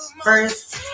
First